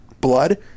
blood